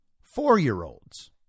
four-year-olds